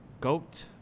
goat